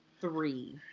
three